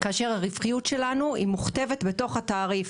כאשר הרווחיות שלנו מוכתבת בתוך התעריף.